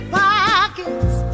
pockets